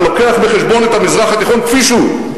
שמביא בחשבון את המזרח התיכון כפי שהוא,